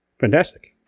fantastic